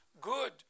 good